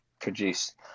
produce